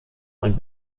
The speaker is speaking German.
und